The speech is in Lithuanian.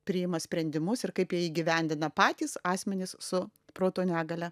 priima sprendimus ir kaip jie įgyvendina patys asmenys su proto negalia